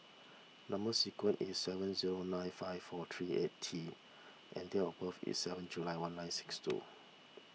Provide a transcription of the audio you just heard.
Number Sequence is S seven zero nine five four three eight T and date of birth is seven July one nine six two